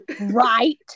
Right